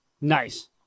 Nice